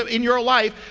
in your life.